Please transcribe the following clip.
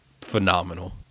phenomenal